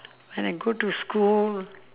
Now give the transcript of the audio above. when I go to school